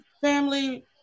family